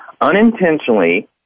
unintentionally